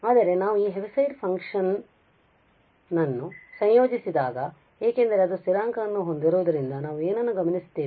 ಆದರೆ ನಾವು ಈ ಹೆವಿಸೈಡ್ ಫಂಕ್ಷನ್ ನನ್ನು ಸಂಯೋಜಿಸಿದಾಗ ಏಕೆಂದರೆ ಅದು ಸ್ಥಿರಾಂಕವನ್ನು ಹೊಂದಿರುವುದರಿಂದ ನಾವು ಏನನ್ನು ಗಮನಿಸುತ್ತೇವೆ ಇಲ್ಲಿ ಮೌಲ್ಯ 0 ಮತ್ತು ಇದು 1 ಆಗಿದೆ